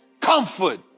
Comfort